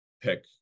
pick